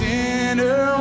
Sinner